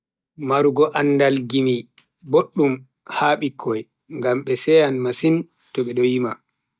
Marugo andaal gimi boddum ha bikkoi, ngam be seyan masin to be do yima.